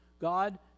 God